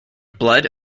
blood